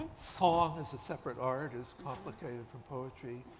song is a separate art, is complicated from poetry.